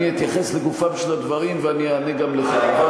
אני אתייחס לגופם של הדברים ואני אענה גם לך.